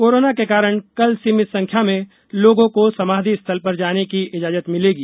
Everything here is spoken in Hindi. कोरोना के कारण कल सीमित संख्या में लोगों को समाधि स्थल पर जाने की इजाजत मिलेगी